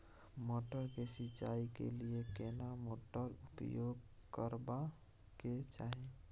मटर के सिंचाई के लिये केना मोटर उपयोग करबा के चाही?